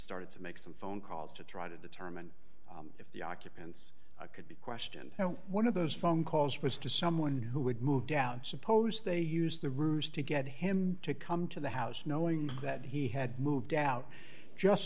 started to make some phone calls to try to determine if the occupants could be questioned and one of those phone calls was to someone who would move down suppose they used the ruse to get him to come to the house knowing that he had moved out just